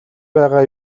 байгаа